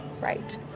Right